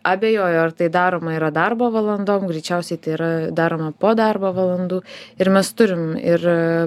abejoju ar tai daroma yra darbo valandom greičiausiai tai yra daroma po darbo valandų ir mes turim ir